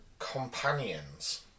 Companions